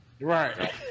Right